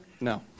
No